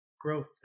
growth